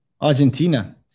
Argentina